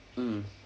mm